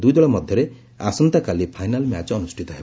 ଦୁଇଦଳ ମଧ୍ୟରେ ଆସନ୍ତାକାଲି final match ଅନୁଷ୍ଠିତ ହେବ